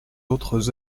autres